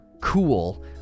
cool